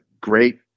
great